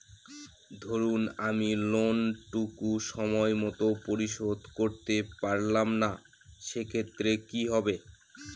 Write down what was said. ধরুন আমি লোন টুকু সময় মত পরিশোধ করতে পারলাম না সেক্ষেত্রে কি হবে?